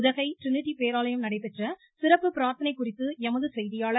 Udhagai Trinity பேராலயம் நடைபெற்ற சிறப்பு பிரார்த்தனை குறித்து எமது செய்தியாளர்